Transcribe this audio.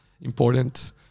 important